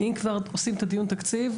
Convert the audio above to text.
אם כבר עושים דיון תקציב,